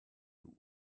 you